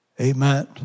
Amen